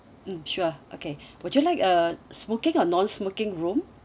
mm sure okay would you like a smoking or non smoking room